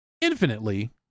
infinitely